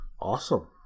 Awesome